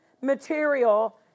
material